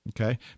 okay